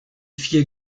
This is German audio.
vier